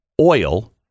oil